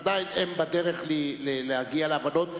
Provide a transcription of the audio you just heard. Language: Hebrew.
עדיין הם בדרך להגיע להבנות.